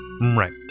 Right